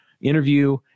interview